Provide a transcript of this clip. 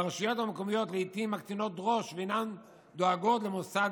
והרשויות המקומיות לעיתים מקטינות ראש ואינן דואגות למוסד